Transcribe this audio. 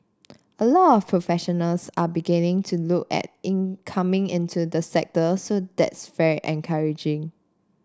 a lot of professionals are beginning to look at in coming into the sector so that's very encouraging